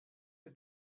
the